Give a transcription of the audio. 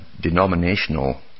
denominational